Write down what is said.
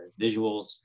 visuals